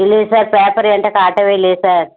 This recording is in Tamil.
இல்லையே சார் பேப்பர் என்கிட்ட காட்டவே இல்லையே சார்